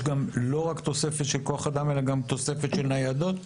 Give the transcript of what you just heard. לא רק תוספת של כוח אדם אלא גם תוספת של ניידות?